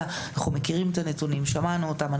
אנחנו מכירים את הנתונים ושמענו אותם,